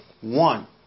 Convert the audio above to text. one